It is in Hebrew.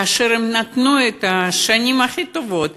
כאשר הם נתנו את השנים הכי טובות